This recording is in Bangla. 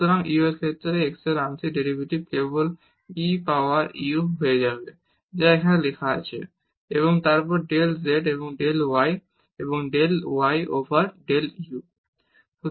সুতরাং u এর ক্ষেত্রে x এর আংশিক ডেরিভেটিভ কেবল e পাওয়ার u হয়ে যাবে যা এখানে লেখা আছে এবং তারপর ডেল z ও ডেল y এবং del y over del u